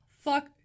Fuck